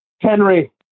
Henry